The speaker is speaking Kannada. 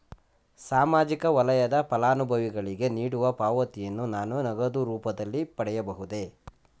ಸಾಮಾಜಿಕ ವಲಯದ ಫಲಾನುಭವಿಗಳಿಗೆ ನೀಡುವ ಪಾವತಿಯನ್ನು ನಾನು ನಗದು ರೂಪದಲ್ಲಿ ಪಡೆಯಬಹುದೇ?